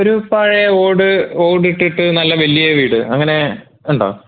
ഒരു പഴയ ഓട് ഓടിട്ടിട്ട് നല്ല വലിയ വീട് അങ്ങനെ ഉണ്ടോ